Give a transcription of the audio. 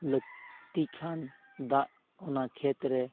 ᱞᱟᱹᱠᱛᱤ ᱠᱷᱟᱱ ᱫᱟᱜ ᱚᱱᱟ ᱠᱷᱮᱛ ᱨᱮ